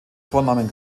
vornamen